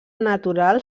natural